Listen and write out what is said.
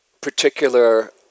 particular